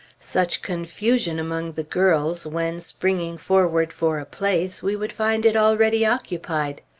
such confusion among the girls when, springing forward for a place, we would find it already occupied!